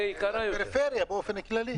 לפריפריה, באופן כללי.